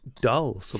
dull